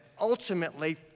ultimately